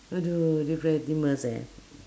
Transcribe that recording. oh no different animals eh